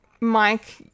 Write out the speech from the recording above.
Mike